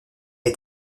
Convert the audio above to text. est